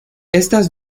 estas